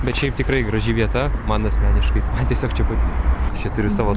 bet šiaip tikrai graži vieta man asmeniškai man tiesiog čia patinka čia turiu savo